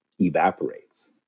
evaporates